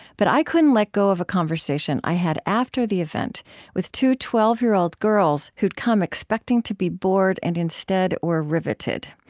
but i couldn't let go of a conversation i had after the event with two twelve year old girls who'd come expecting to be bored and instead were riveted.